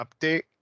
update